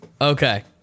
Okay